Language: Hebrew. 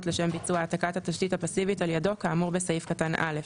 לשם ביצוע העתקת התשתית הפסיבית על ידו כאמור בסעיף קטן (א).